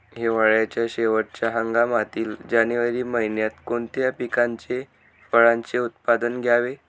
हिवाळ्याच्या शेवटच्या हंगामातील जानेवारी महिन्यात कोणत्या पिकाचे, फळांचे उत्पादन घ्यावे?